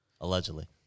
Allegedly